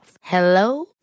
Hello